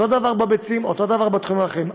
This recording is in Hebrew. אותו דבר בביצים, אותו דבר בתחומים האחרים.